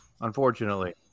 Unfortunately